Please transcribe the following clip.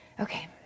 okay